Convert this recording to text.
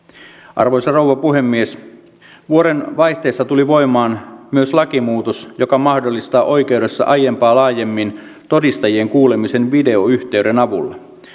arvoisa rouva puhemies vuodenvaihteessa tuli voimaan myös lakimuutos joka mahdollistaa oikeudessa aiempaa laajemmin todistajien kuulemisen videoyhteyden avulla